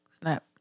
Snap